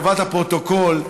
לטובת הפרוטוקול,